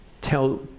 tell